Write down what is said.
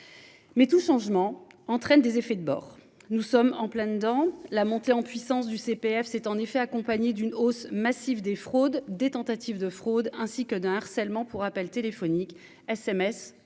Mais tout changement entraîne des effets de bord. Nous sommes en plein dans la montée en puissance du CPF s'est en effet accompagnée d'une hausse massive des fraudes, des tentatives de fraude ainsi que d'un harcèlement pour appels téléphoniques, SMS